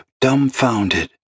dumbfounded